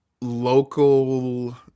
local